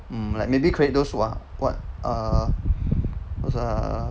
mm like maybe create those what what ah those ah